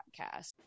podcast